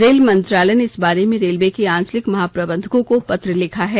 rail मंत्रालय ने इस बारे में रेलवे के आंचलिक महाप्रबंधकों को पत्र लिखा है